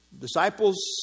disciples